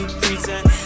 pretend